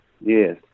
Yes